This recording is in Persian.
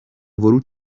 ورود